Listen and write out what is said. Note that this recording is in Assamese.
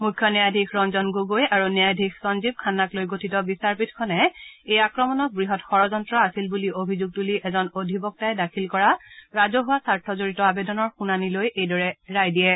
মুখ্য ন্যায়াধীশ ৰঞ্জন গগৈ আৰু ন্যায়াধীশ সঞ্জীৱ খান্নাক লৈ গঠিত বিচাৰপীঠখনে এই আক্ৰমণক বৃহৎ যড়যন্ত্ৰ আছিল বুলি অভিযোগ তূলি এজন অধিবক্তাই দাখিল কৰা ৰাজহুৱা স্বাৰ্থজড়িত আবেদনৰ শুনানি লৈ এইদৰে ৰায় দিয়ে